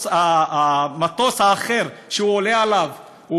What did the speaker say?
המטוס האחר שהוא עולה אליו,